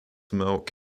milk